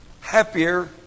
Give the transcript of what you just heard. happier